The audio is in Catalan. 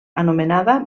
anomenada